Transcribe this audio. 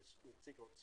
היושב ראש